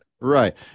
Right